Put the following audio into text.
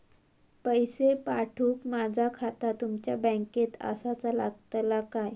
पैसे पाठुक माझा खाता तुमच्या बँकेत आसाचा लागताला काय?